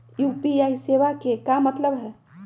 UPI सेवा के का मतलब है?